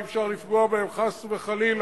אי-אפשר לפגוע בהם, חס וחלילה,